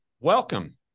welcome